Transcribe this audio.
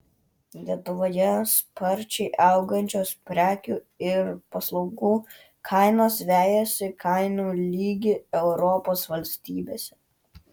lietuvoje sparčiai augančios prekių ir paslaugų kainos vejasi kainų lygį europos valstybėse